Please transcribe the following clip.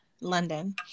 London